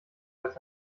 als